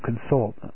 consult